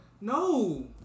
No